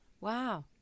Wow